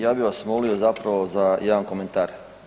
Ja bih vas molio zapravo za jedan komentar.